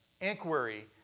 inquiry